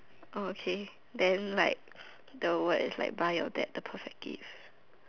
oh okay then like the word is like buy your dad the perfect gift